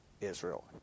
Israel